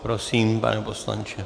Prosím, pane poslanče.